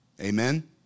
amen